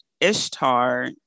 Ishtar